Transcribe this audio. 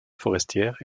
forestière